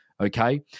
Okay